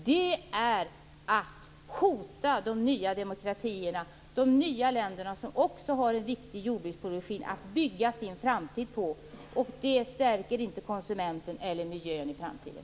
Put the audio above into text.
Det är att hota de nya demokratierna, de nya länderna, som också har en viktig jordbruksproduktion att bygga sin framtid på. Det stärker inte konsumenten eller miljön i framtiden.